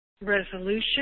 resolution